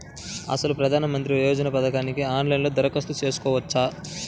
అసలు ప్రధాన మంత్రి యోజన పథకానికి ఆన్లైన్లో దరఖాస్తు చేసుకోవచ్చా?